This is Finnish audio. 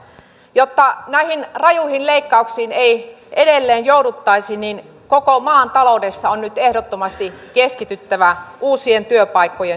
jotta näihin rajuihin leikkauksiin ei edelleen jouduttaisi koko maan taloudessa on nyt ehdottomasti keskityttävä uusien työpaikkojen syntymiseen